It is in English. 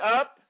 up